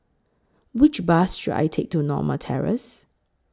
Which Bus should I Take to Norma Terrace